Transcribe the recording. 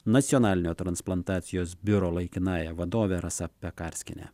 nacionalinio transplantacijos biuro laikinąja vadove rasa pekarskiene